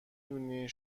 دونی